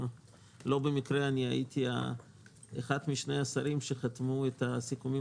לא במקרה הייתי אחד משני השרים שחתמו על הסיכומים